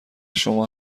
شما